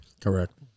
Correct